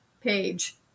page